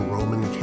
Roman